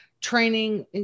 Training